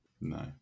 No